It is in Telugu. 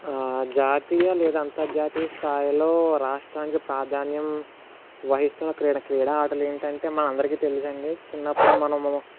జాతీయ లేదా అంతర్జాతీయ స్థాయిలో రాష్ట్రానికి ప్రాధాన్యం వహిస్తున్న క్రీడ క్రీడా ఆటలు ఏంటి అంటే మన అందరికి తెలుసు అండి చిన్నప్పుడు మనము